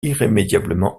irrémédiablement